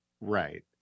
Right